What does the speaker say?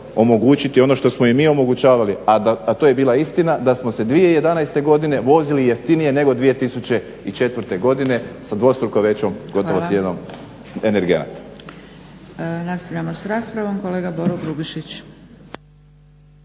omogućiti ono što smo i mi omogućavali, a to je bila istina da smo se 2011. godine vozili jeftinije nego 2004. godine sa dvostruko većom gotovo cijenom energenata. **Zgrebec, Dragica (SDP)** Nastavljamo sa raspravom. Kolega Boro Grubišić.